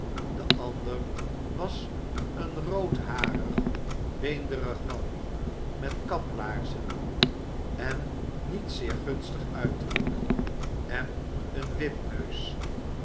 de ander was een roodharig beenderig man met kaplaarzen en niet zeer gunstig uiterlijk en een wipneus